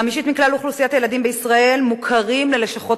חמישית מכלל אוכלוסיית הילדים בישראל מוכרת ללשכות